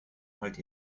halt